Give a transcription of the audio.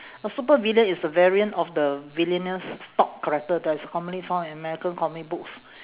a supervillain is a variant of the villainous stock character that is commonly found in american comic books